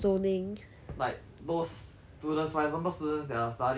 like those students for example students that are studying in the school of